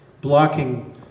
blocking